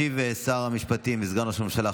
ישיב שר המשפטים וסגן ראש הממשלה,